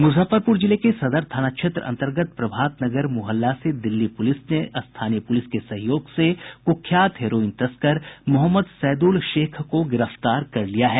मुजफ्फरपुर जिले के सदर थाना क्षेत्र अन्तर्गत प्रभात नगर मुहल्ला से दिल्ली पुलिस ने स्थानीय पुलिस के सहयोग से कुख्यात हेरोईन तस्कर मोहम्मद सैदुल शेख को गिरफ्तार कर लिया है